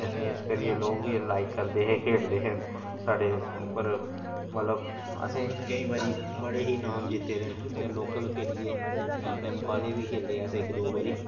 असें इस करियै लोक बी लाइक करदे हे खेढदे हे साढ़े उप्पर मतलब असें केईं बारी बड़े ही नाम जित्ते दे न ते लोकल खेलियै एम ए एम कालेज बी खेलदे अस इक दो बारी